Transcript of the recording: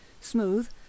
smooth